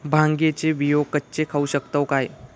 भांगे चे बियो कच्चे खाऊ शकताव काय?